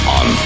on